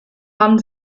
haben